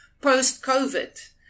post-COVID